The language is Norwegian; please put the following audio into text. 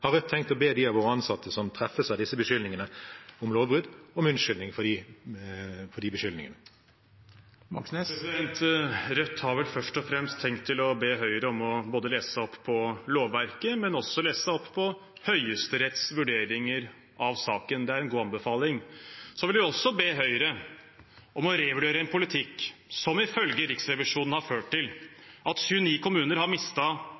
Har Rødt tenkt å be de av våre ansatte som treffes av disse beskyldningene om lovbrudd, om unnskyldning for de beskyldningene? Rødt har vel først og fremst tenkt å be Høyre om både å lese seg opp på lovverket og å lese seg opp på Høyesteretts vurderinger av saken. Det er en god anbefaling. Så vil vi også be Høyre om å revurdere en politikk som ifølge Riksrevisjonen har ført til at 29 kommuner har